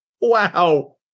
Wow